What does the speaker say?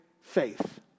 faith